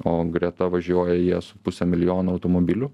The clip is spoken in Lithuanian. o greta važiuoja jie su puse milijono automobilių